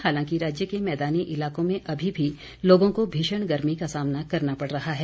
हालांकि राज्य के मैदानी इलाकों में अभी भी लोगों को भीषण गर्मी का सामना करना पड़ रहा है